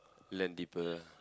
land deeper lah